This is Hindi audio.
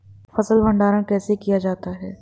फ़सल भंडारण कैसे किया जाता है?